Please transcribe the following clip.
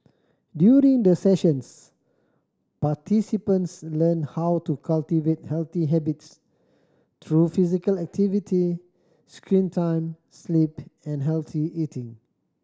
during the sessions participants learn how to cultivate healthy habits through physical activity screen time sleep and healthy eating